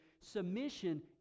submission